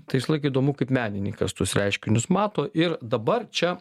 tai visąlaik įdomu kaip menininkas tuos reiškinius mato ir dabar čia